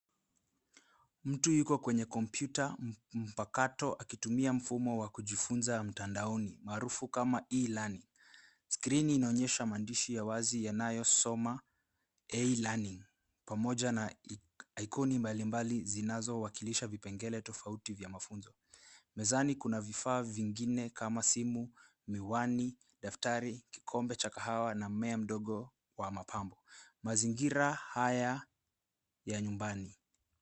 Mtu yuko kwenye kompyuta mpakato akitumia mfumo wa kujifunza mtandaoni maarufu kama e-learning . Skrini inaonyesha maandishi ya wazi yanayosoma e-learning pamoja na ikoni mbalimbali zinazowakilisha vipengele tofauti vya mafunzo. Mezani kuna vifaa vingine kama simu, miwani, daftari, kikombe cha kahawa na mmea mdogo wa mapambo. Mazingira haya ya nyumbani.